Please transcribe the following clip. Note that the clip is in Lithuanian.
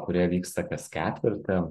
kurie vyksta kas ketvirtį